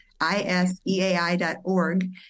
ISEAI.org